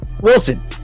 Wilson